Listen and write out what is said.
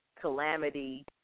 calamity